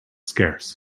scarce